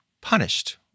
punished